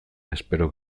espero